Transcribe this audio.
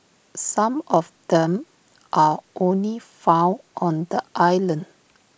some of them are only found on the island